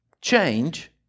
change